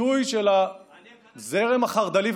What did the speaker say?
את הביטוי של הזרם החרד"לי,